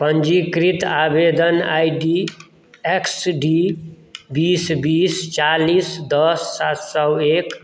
पञ्जीकृत आवेदन I D X D बीस बीस चालीस दस सात सए एक